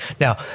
Now